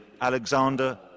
Alexander